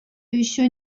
еще